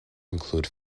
include